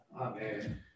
Amen